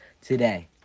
today